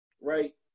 right